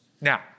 Now